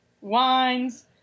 wines